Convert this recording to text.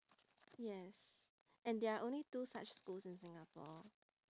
yes and there are only two such schools in singapore